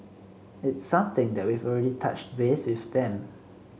it's something that we've already touched base with them